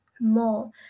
more